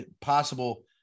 possible